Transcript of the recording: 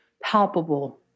palpable